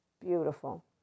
Beautiful